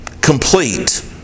Complete